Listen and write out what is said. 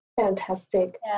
Fantastic